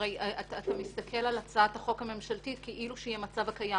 אתה מסתכל על הצעת החוק הממשלתית כאילו היא המצב הקיים.